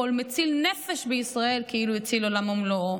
כל המציל נפש בישראל כאילו הציל עולם ומלואו.